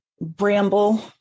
Bramble